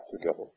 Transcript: together